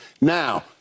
Now